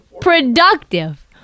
productive